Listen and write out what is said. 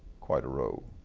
quite a role.